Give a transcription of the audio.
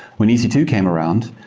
when e c two came around,